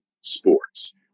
sports